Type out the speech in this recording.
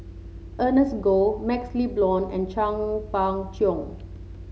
Ernest Goh MaxLe Blond and Chong Fah Cheong